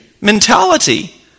mentality